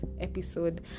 episode